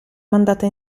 mandata